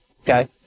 okay